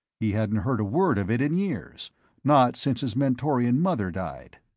he hadn't heard a word of it in years not since his mentorian mother died.